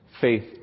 faith